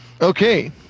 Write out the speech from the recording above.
Okay